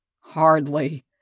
Hardly